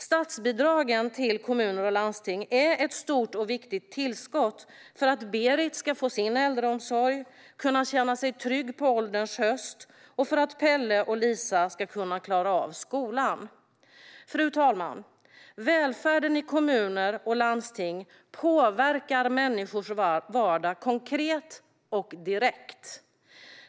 Statsbidragen till kommuner och landsting är ett stort och viktigt tillskott för att Berit ska få sin äldreomsorg och kunna känna sig trygg på ålderns höst och för att Pelle och Lisa ska kunna klara av skolan. Fru talman! Välfärden i kommuner och landsting påverkar människors vardag konkret och direkt.